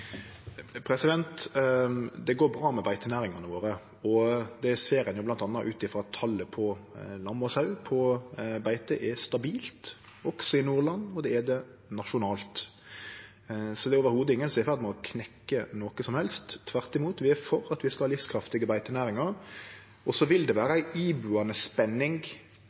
Det går bra med beitenæringane våre. Det ser ein bl.a. på at talet på lam og sau på beite er stabilt også i Nordland. Det er det også nasjonalt. Så det er ikkje i det heile nokon som er i ferd med å knekkje noko som helst. Tvert imot, vi er for at vi skal ha livskraftige beitenæringar. Så vil det vere ei ibuande spenning